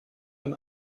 ein